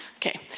Okay